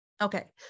okay